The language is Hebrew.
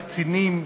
הקצינים,